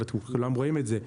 כולם רואים את זה.